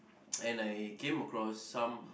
and I came across some